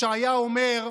ישעיה אמר: